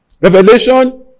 revelation